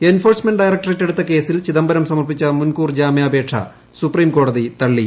enforcement directorate എടുത്ത കേസിൽ ചിദംബരം സമർപ്പിച്ച മുൻകൂർ ജാമ്യാപേക്ഷ സുപ്രീം കോടതി തള്ളി